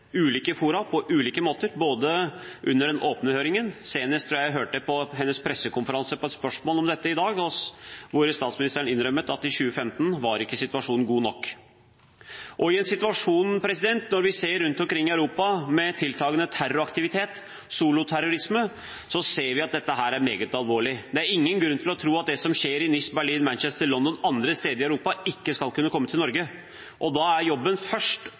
ulike fora og på ulike måter, bl.a. under den åpne høringen, og senest tror jeg at jeg hørte det på hennes pressekonferanse om dette i dag, hvor statsministeren etter et spørsmål innrømmet at situasjonen i 2015 ikke var god nok. I en situasjon hvor vi rundt omkring i Europa ser tiltakende terroraktivitet og soloterrorisme, er dette meget alvorlig. Det er ingen grunn til å tro at det som skjer i Nice, Berlin, Manchester, London og andre steder i Europa, ikke skal kunne komme til Norge. Da er jobben først